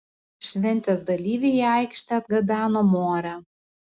šventės dalyviai į aikštę atgabeno morę